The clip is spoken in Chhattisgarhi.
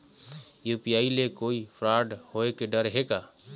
यू.पी.आई ले कोई फ्रॉड होए के डर हे का?